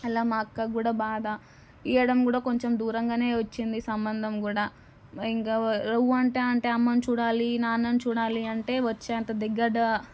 అలా మా అక్కకి కూడా బాధ ఇవ్వడం కూడా కొంచం దూరంగానే వచ్చింది సంబంధం కూడా ఇంకా ఊ అంటే ఆ అంటే అమ్మని చూడాలి నాన్నని చూడాలి అంటే వచ్చేటంత దగ్గర